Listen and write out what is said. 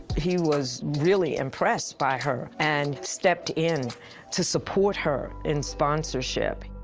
he was really impressed by her and stepped in to support her in sponsorship.